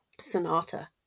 Sonata